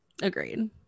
agreed